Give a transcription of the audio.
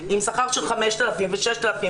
עם שכר של 7,000-5,000 שקל,